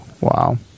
Wow